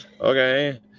okay